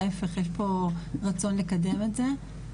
ההפך יש רצון לקדם את זה.